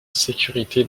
sécurité